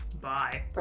Bye